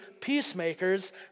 peacemakers